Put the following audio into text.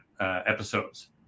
episodes